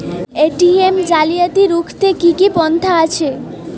ATM জালিয়াতি রুখতে কি কি পন্থা আছে?